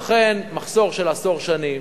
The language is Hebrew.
אכן מחסור של עשרות שנים,